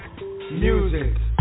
music